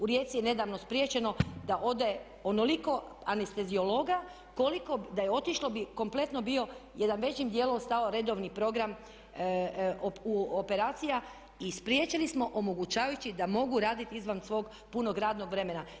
U Rijeci je nedavno spriječeno da ode onoliko anesteziologa koliko da je otišlo bi kompletno bio jednim većim dijelom stao redovni program operacija i spriječili smo omogućavajući da mogu raditi izvan svog punog radnog vremena.